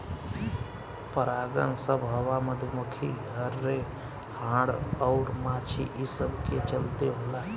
परागन सभ हवा, मधुमखी, हर्रे, हाड़ अउर माछी ई सब के चलते होला